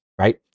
right